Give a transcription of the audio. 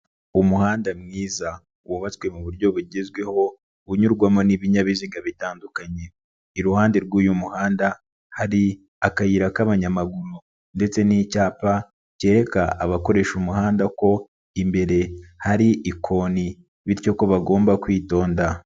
Umuhanda mwiza wubatswe mu buryo bugezweho unyurwamo n'ibinyabiziga bitandukanye. Iruhande rw'uyu muhanda hari akayira k'abanyamaguru ndetse n'icyapa kereka abakoresha umuhanda ko imbere hari ikoni bityo ko bagomba kwitonda.